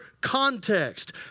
context